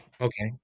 okay